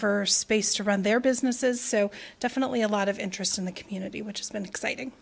for space to run their businesses so definitely a lot of interest in the community which has been exciting